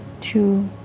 two